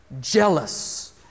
Jealous